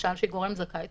שהיא גורם זכאי,